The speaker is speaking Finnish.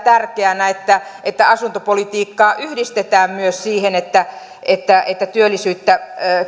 kyllä tärkeänä että että asuntopolitiikkaa yhdistetään myös siihen että että työllisyyttä